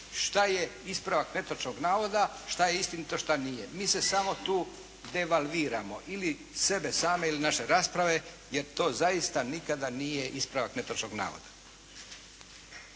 što je ispravak netočnog navoda, što je istinito, što nije. Mi se samo tu devalviramo ili sebe same ili naše rasprave, jer to zaista nikada nije ispravak netočnog navoda.